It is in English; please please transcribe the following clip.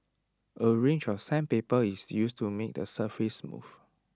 A range of sandpaper is used to make the surface smooth